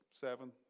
seven